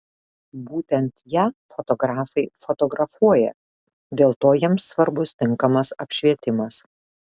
būtent ją fotografai fotografuoja dėl to jiems svarbus tinkamas apšvietimas